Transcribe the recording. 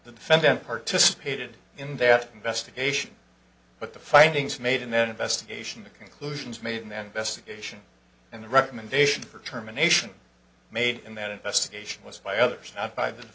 the defendant participated in their investigation but the findings made and then investigation the conclusions made them best occasion and the recommendation for terminations made in that investigation was by others not by the